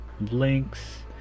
links